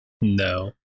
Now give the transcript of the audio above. No